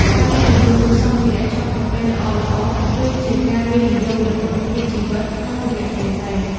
ការវិនិយោគលើសម្ភារៈឆុងកាហ្វេល្អៗ គឺជាការវិនិយោគលើគុណភាពជីវិតក្នុងរយៈពេលវែង។